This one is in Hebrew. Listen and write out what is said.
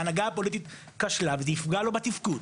ההנהגה הפוליטית כשלה וזה יפגע לו בתפקוד.